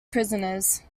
prisoners